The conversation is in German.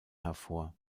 hervor